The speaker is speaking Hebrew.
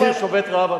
אסיר שובת רעב,